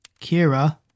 Kira